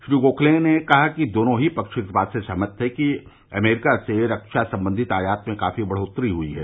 श्री गोखले ने कहा कि दोनों ही पक्ष इस बात से सहमत थे कि अमरीका से रक्षा संबंधित आयात में काफी बढ़ोतरी हुई है